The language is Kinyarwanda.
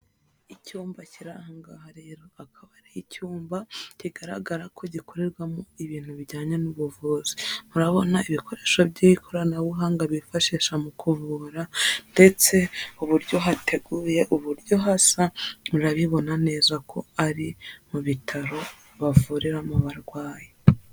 Icyumba kiri aha ngaha rero, akaba ari icyumba bigaragara ko gikorerwamo ibintu bijyanye n'ubuvuzi, murabona ibikoresho by'ikoranabuhanga bifashisha mu kuvura ndetse uburyo hateguye, uburyo hasa murabibona neza ko ari mu bitaro, bavuriramo abarwayi.